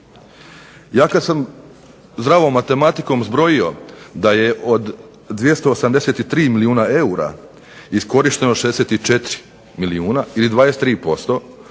Ja kada sam zdravom matematikom zbrojio da je od 283 milijuna eura iskorišteno 64 milijuna ili 23%